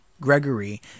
Gregory